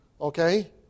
okay